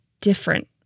different